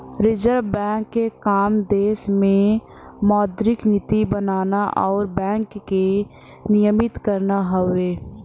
reserve bank क काम देश में मौद्रिक नीति बनाना आउर बैंक के नियमित करना हउवे